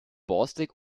borstig